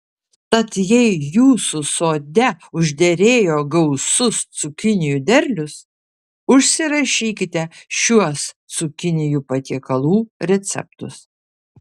tad jei jūsų sode užderėjo gausus cukinijų derlius užsirašykite šiuos cukinijų patiekalų receptus